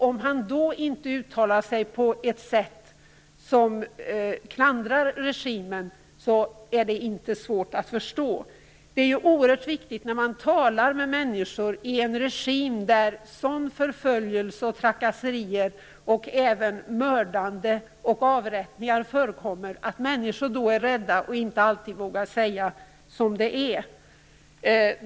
Om han då inte uttalade sig klandrande mot regimen är det inte svårt att förstå. När man talar med människor i en regim där sådan förföljelse, sådana trakasserier och även mördande och avrättningar förekommer är det oerhört viktigt att man håller i minnet att människor är rädda och inte alltid vågar säga som det är.